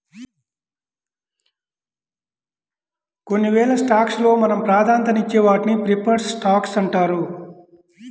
కొన్ని వేల స్టాక్స్ లో మనం ప్రాధాన్యతనిచ్చే వాటిని ప్రిఫర్డ్ స్టాక్స్ అంటారు